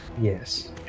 Yes